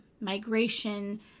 migration